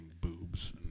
boobs